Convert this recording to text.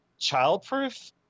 childproof